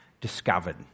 discovered